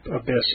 abyss